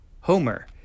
Homer